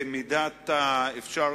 במידת האפשר,